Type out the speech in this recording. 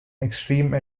extreme